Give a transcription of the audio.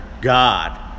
God